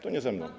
To nie ze mną.